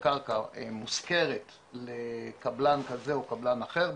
הקרקע, מושכרת לקבלן כזה או קבלן אחר.